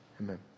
amen